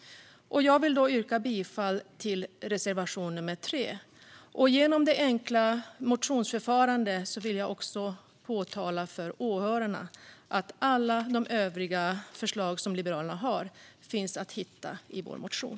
Jag vill yrka bifall till reservation nr 3. Jag vill också påtala för åhörarna att genom det enkla motionsförfarandet kan man hitta alla de övriga förslag som Liberalerna har i vår motion.